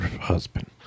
husband